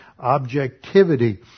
objectivity